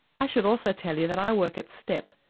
i should also tell you that i work at step.